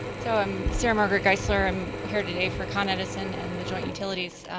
so, um sarah market geisler um here today for con edison and the joint utilities.